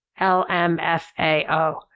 LMFAO